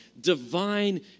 divine